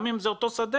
גם אם זה אותו שדה,